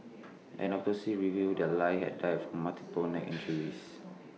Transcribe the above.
an autopsy revealed that lie had died from multiple neck injuries